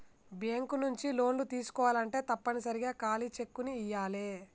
bank నుంచి లోన్లు తీసుకోవాలంటే తప్పనిసరిగా ఖాళీ చెక్కుని ఇయ్యాలే